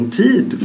tid